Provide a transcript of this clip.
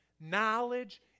knowledge